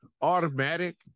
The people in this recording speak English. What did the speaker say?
Automatic